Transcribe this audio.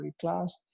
class